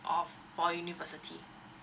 for university